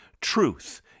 truth